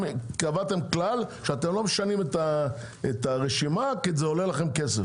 קבעתם כלל שאתם לא משנים את הרשימה כי זה עולה לכם כסף.